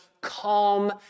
calm